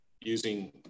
using